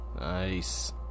Nice